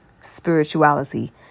spirituality